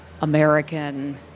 american